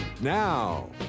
Now